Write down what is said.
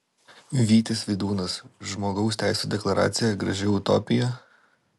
vytis vidūnas žmogaus teisų deklaracija graži utopija